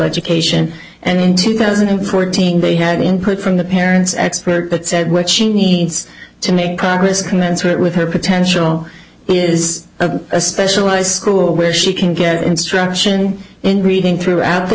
education and in two thousand and fourteen they had input from the parents expert but said what she needs to make progress commensurate with her potential is a specialized school where she can get instruction in reading throughout the